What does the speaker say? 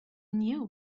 knew